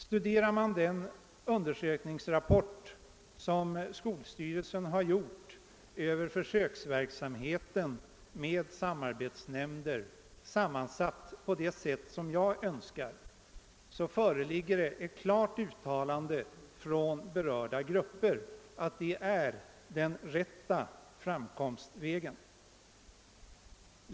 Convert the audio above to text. Studerar man den undersökningsrapport som skolöverstyrelsen har låtit göra över försöksverksamheten med samarbetsnämnder, sammansatta på det sätt som jag önskar, förekommer klara uttalanden från berörda grupper att det är den rätta framkomstvägen.